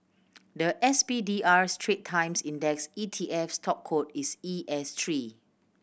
the S P D R Strait Times Index E T F stock code is E S three